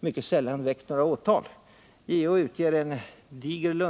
mycket sällan väckte några åtal. JO:s ämbetsberättelse utges varje år.